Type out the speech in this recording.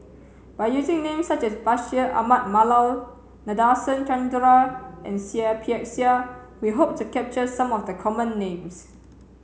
by using names such as Bashir Ahmad Mallal Nadasen Chandra and Seah Peck Seah we hope to capture some of the common names